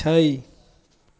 छै